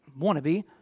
wannabe